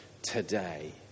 Today